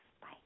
Bye